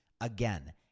Again